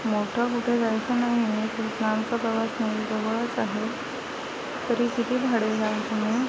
मोठं कुठे जायचं नाही म्हणे